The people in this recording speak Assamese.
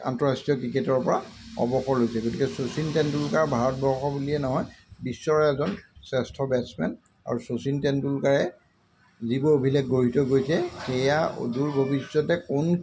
আন্তঃৰাষ্ট্ৰীয় ক্ৰিকেটৰপৰা অৱসৰ লৈছে গতিকে শচীন তেণ্ডুলকাৰ ভাৰতবৰ্ষ বুলিয়ে নহয় বিশ্বৰে এজন শ্ৰেষ্ঠ বেটছমেন আৰু শচীন তেণ্ডুলকাৰে যিবোৰ অভিলেখ গঢ়ি থৈ গৈছে সেয়া অদূৰ ভৱিষ্যতে কোন